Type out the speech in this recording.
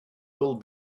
will